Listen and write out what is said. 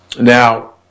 Now